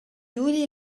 juli